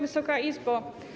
Wysoka Izbo!